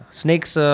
snakes